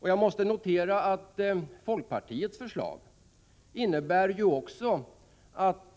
Jag måste i det sammanhanget notera att folkpartiets förslag innebär att